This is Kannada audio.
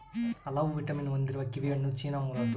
ಹಲವು ವಿಟಮಿನ್ ಹೊಂದಿರುವ ಕಿವಿಹಣ್ಣು ಚೀನಾ ಮೂಲದ್ದು